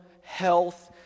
health